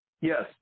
Yes